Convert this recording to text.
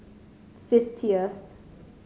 fiftieth